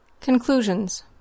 Conclusions